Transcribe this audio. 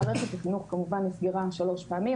מערכת החינוך נסגרה שלוש פעמים,